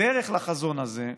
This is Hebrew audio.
בדרך לחזון הזה,